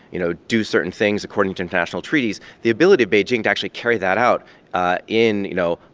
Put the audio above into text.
you know, do certain things according to international treaties, the ability of beijing to actually carry that out ah in, you know,